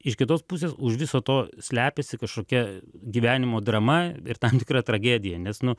iš kitos pusės už viso to slepiasi kažkokia gyvenimo drama ir tam tikra tragedija nes nu